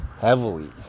heavily